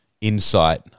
insight